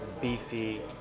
beefy